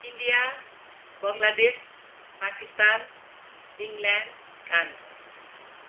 India Bangladesh Pakistan England France